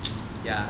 ya